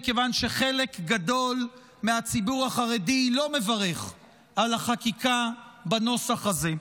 מכיוון שחלק גדול מהציבור החרדי לא מברך על החקיקה בנוסח הזה.